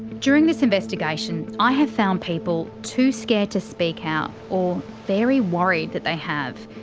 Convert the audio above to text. during this investigation i have found people too scared to speak out very worried that they have.